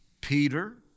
Peter